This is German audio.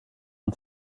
und